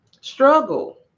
struggle